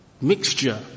mixture